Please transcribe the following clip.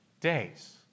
days